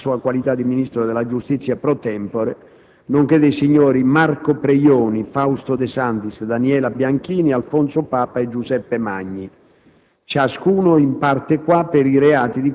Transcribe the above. nei confronti del senatore Roberto Castelli, nella sua qualità di ministro della giustizia *pro tempore*, nonché dei signori Marco Preioni, Fausto De Santis, Daniela Bianchini, Alfonso Papa e Giuseppe Magni,